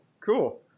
cool